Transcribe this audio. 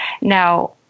Now